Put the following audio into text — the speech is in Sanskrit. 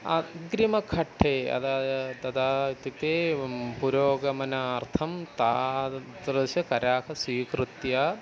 अग्रिमघट्टे अतः तदा इत्युक्ते पुरोगमनार्थं तादृश कराः स्वीकृत्य